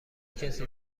کسی